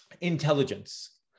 intelligence